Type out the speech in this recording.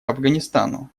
афганистану